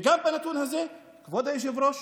וגם עם הנתון הזה, כבוד היושב-ראש,